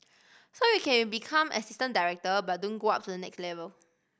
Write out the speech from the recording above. so you can become assistant director but don't go up to the next level